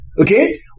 okay